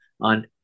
on